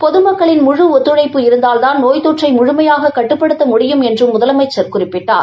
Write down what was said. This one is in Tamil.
பொது மக்களின் முழு ஒத்துழைப்பு இருந்தால்தான் நோய் தொற்றை முழுமையாக கட்டுப்படுத்த முடியும் என்றும் முதலமைச்சர் குறிப்பிட்டார்